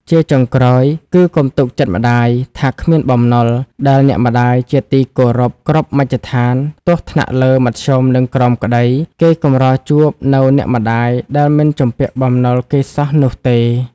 ជាចុងក្រោយគឺ កុំទុកចិត្តម្តាយថាគ្មានបំណុល ដែលអ្នកម្ដាយជាទីគោរពគ្រប់មជ្ឈដ្ឋាន ទោះថ្នាក់លើ មធ្យម និងក្រោមក្ដី គេកម្រជួបនូវអ្នកម្ដាយដែលមិនជំពាក់បំណុលគេសោះនោះទេ ។